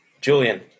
Julian